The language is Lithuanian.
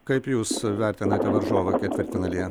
kaip jūs vertinate varžovą ketvirtfinalyje